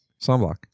Sunblock